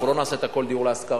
אנחנו לא נעשה את הכול דיור להשכרה,